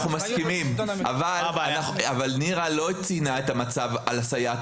אנחנו מסכימים אבל נירה לא ציינה את המצב על הסייעת